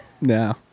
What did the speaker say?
No